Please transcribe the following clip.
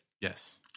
Yes